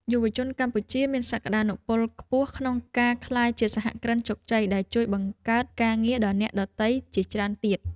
យុវជនកម្ពុជាមានសក្តានុពលខ្ពស់ក្នុងការក្លាយជាសហគ្រិនជោគជ័យដែលជួយបង្កើតការងារដល់អ្នកដទៃជាច្រើនទៀត។